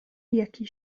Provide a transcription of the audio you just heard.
jaki